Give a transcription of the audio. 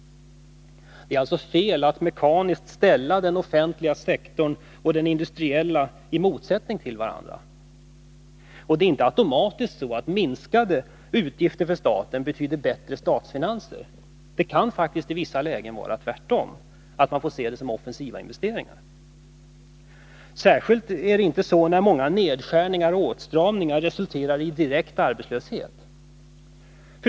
Det är alltså fel att mekaniskt ställa den offentliga sektorn och den industriella i motsättning till varandra. Och det är inte automatiskt så, att minskade utgifter för staten betyder bättre statsfinanser. Det kan faktiskt i vissa lägen vara tvärtom, så att man får se utgifterna som offensiva investeringar. Särskilt gäller det när många nedskärningar och åtstramningar kan resultera i direkt arbetslöshet.